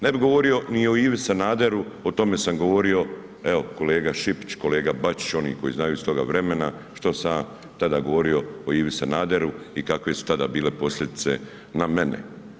Ne bi govorio ni o Ivi Sanaderu, o tome sam govorio, evo kolega Šipić, kolega Bačić, oni koji znaju iz toga vremena što sam ja tada govorio o Ivi Sanaderu i kakve su tada bile posljedice na mene.